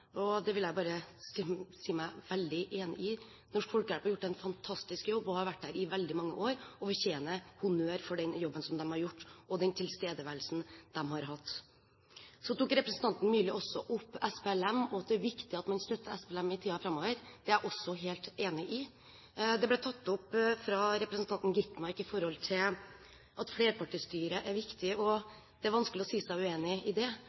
Det vil jeg bare si meg veldig enig i. Norsk Folkehjelp har gjort en fantastisk jobb og har vært der i veldig mange år. De fortjener honnør for den jobben de har gjort, og for den tilstedeværelsen de har hatt. Så tok representanten Myrli også opp Sudan People's Liberation Movement, og at det er viktig at man støtter SPLM i tiden framover. Det er jeg også helt enig i. Representanten Skovholt Gitmark tok opp at flerpartistyre er viktig, og det er vanskelig å si seg uenig i det.